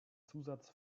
zusatz